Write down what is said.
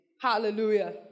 Hallelujah